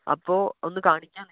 അപ്പോൾ ഒന്ന് കാണിക്കാമെന്ന്